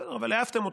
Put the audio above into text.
בסדר, אבל העפתם אותו.